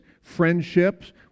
friendships